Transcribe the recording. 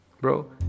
bro